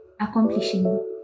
accomplishing